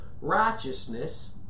righteousness